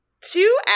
two